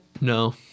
No